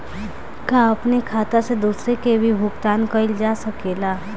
का अपने खाता से दूसरे के भी भुगतान कइल जा सके ला?